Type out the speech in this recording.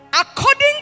According